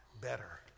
better